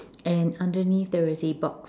and underneath there is a box